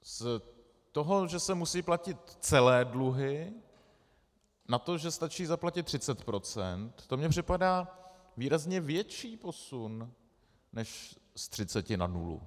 Z toho, že se musí platit celé dluhy, na to, že stačí zaplatit 30 %, to mi připadá výrazně větší posun než z 30 na nulu.